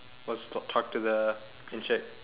wants to talk to the encik